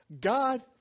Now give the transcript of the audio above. God